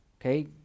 Okay